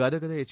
ಗದಗದ H